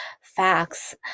facts